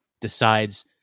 decides